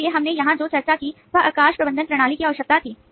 इसलिए हमने यहां जो चर्चा की वह अवकाश प्रबंधन प्रणाली की आवश्यकता थी